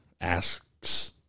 asks